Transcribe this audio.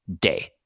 day